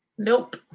Nope